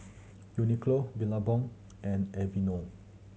Uniqlo Billabong and Aveeno